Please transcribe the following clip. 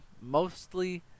mostly